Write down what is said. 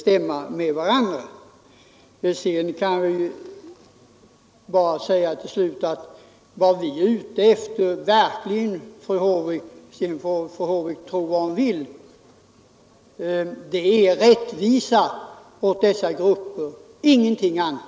Till slut kan jag bara säga till fru Håvik — fru Håvik får tro vad hon vill — att vi är ute efter rättvisa åt dessa grupper — ingenting annat.